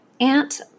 aunt